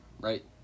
Right